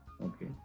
Okay